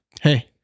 Hey